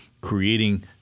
creating